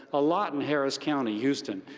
a lot in harris county, houston.